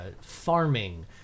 farming